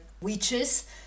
witches